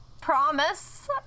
promise